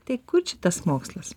tai kur čia tas mokslas